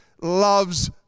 loves